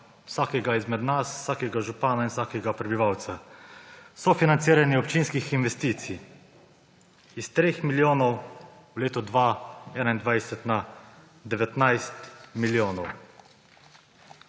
vsakega izmed nas, vsakega župana in vsakega prebivalca. Sofinanciranje občinskih investicij s 3 milijonov v letu 2021 na 19 milijonov.